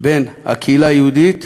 בין הקהילה היהודית